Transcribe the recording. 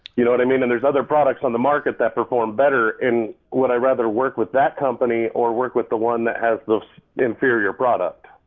you know what i mean? and there's other products on the market that perform better, and would i rather work with that company, or work with the one that has the inferior product?